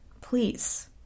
please